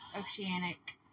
oceanic